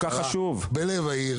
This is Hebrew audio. תחנה בלב העיר.